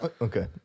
Okay